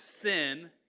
sin